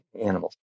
animals